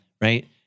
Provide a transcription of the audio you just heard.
Right